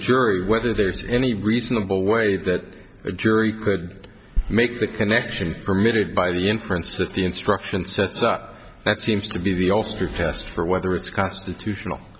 jury whether there's any reasonable way that a jury could make the connection permitted by the inference that the instruction sets up that seems to be the ulster test for whether it's constitutional